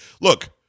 look